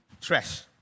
trash